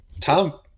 Tom